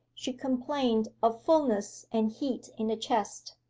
she complained of fulness and heat in the chest.